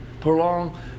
Prolong